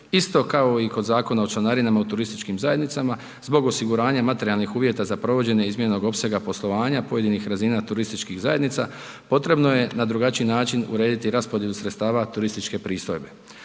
isto kao i kod Zakona o članarinama u turističkim zajednicama. Zbog osiguranja materijalnih uvjeta za provođenje izmijenjenog opsega poslovanja pojedinih razina turističkih zajednica potrebno je na drugačiji način urediti raspodjelu sredstava turističke pristojbe.